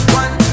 one